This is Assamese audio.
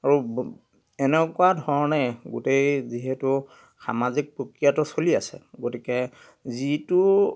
আৰু এনেকুৱা ধৰণে গোটেই যিহেতু সামাজিক প্ৰক্ৰিয়াটো চলি আছে গতিকে যিটো